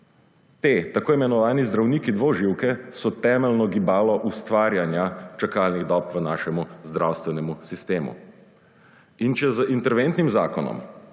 Ti tako imenovani zdravniki dvoživke so temeljno gibalo ustvarjanja čakalnih dob v našem zdravstvenem sistemu. In če z interventnim zakonom